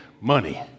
money